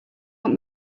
want